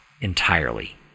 entirely